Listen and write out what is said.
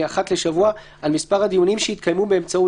על מספר הדיונים שיתקיימו באמצעות